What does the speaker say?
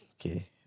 okay